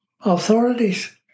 authorities